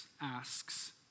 asks